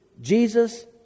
Jesus